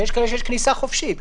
יש כאלה שיש אליהם כניסה חופשית.